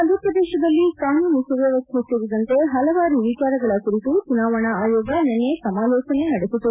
ಮಧ್ಯಪ್ರದೇಶದಲ್ಲಿ ಕಾನೂನು ಸುವ್ಯವಸ್ದೆ ಸೇರಿದಂತೆ ಹಲವಾರು ವಿಚಾರಗಳ ಕುರಿತು ಚುನಾವಣಾ ಆಯೋಗ ನಿನ್ನೆ ಸಮಾಲೋಚನೆ ನಡೆಸಿತು